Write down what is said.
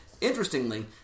interestingly